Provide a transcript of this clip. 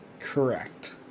correct